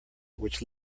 which